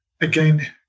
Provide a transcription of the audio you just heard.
again